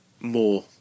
more